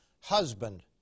husband